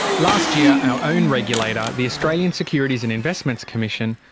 last year, our own regulator, the australian securities and investments commission,